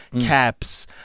caps